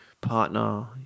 partner